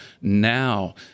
now